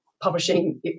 publishing